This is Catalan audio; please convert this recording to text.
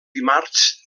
dimarts